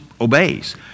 obeys